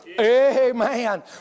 Amen